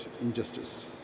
injustice